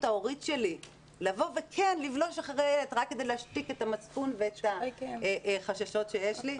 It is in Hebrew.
ההורית שלי לבוא וכן לבלוש אחריו ורק כדי להשתיק את המצפון והחששות שיש לי.